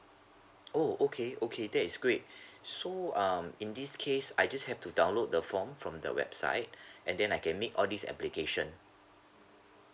oh okay okay that is great so um in this case I just have to download the from from the website and then I can make all this application